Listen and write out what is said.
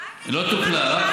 היא לא טופלה.